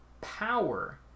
power